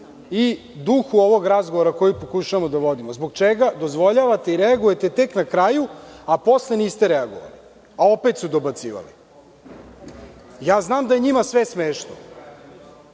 i duhu ovog razgovora koji pokušavamo da vodimo, zbog čega dozvoljavate i reagujete tek na kraju, a posle niste reagovali, a opet su dobacivali. Znam da je njima sve smešno